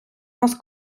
нас